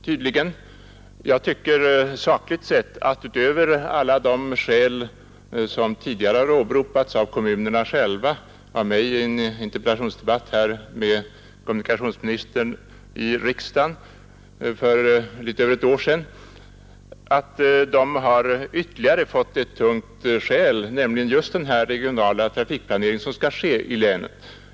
Sakligt sett tycker jag att man nu — utöver alla de skäl som tidigare åberopats av kommunerna själva och av mig i en interpellationsdebatt med kommunikationsministern här i riksdagen för litet över ett år sedan — har fått ytterligare ett tungt vägande skäl, nämligen den regionala trafikplanering som skall ske i länet.